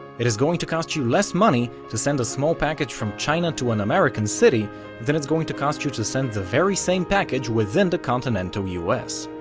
it is going to cost you less money to send a small package from china to an american city than it's going to cost you to send the very same package within the continental us.